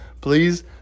please